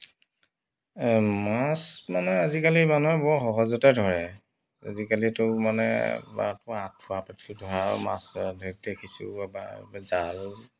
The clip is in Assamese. মাছ মানে আজিকালি মানুহে বৰ সহজতে ধৰে আজিকালিতো মানে আঠুৱা পাতি ধৰা মাছো দেখিছো বা জাল